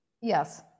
Yes